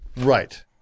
Right